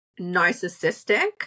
narcissistic